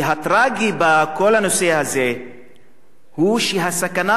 הטרגי בכל הנושא הזה הוא שהסכנה,